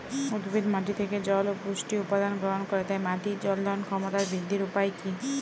উদ্ভিদ মাটি থেকে জল ও পুষ্টি উপাদান গ্রহণ করে তাই মাটির জল ধারণ ক্ষমতার বৃদ্ধির উপায় কী?